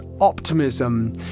optimism